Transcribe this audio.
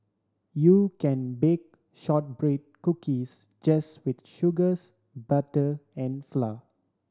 you can bake shortbread cookies just with sugars butter and flour